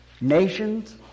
nations